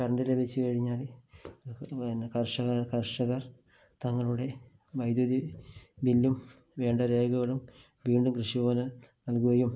current ലഭിച്ചുകഴിഞ്ഞാല് പിന്നെ കര്ഷക കര്ഷകര് തങ്ങളുടെ വൈദ്യുതി ബില്ലും വേണ്ട രേഖകളും വീണ്ടും കൃഷിഭവനില് നല്കുകയും